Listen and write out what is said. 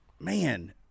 man